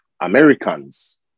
Americans